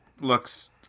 looks